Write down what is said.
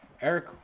Eric